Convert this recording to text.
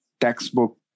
textbook